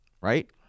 right